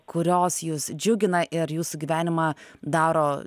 kurios jus džiugina ir jūsų gyvenimą daro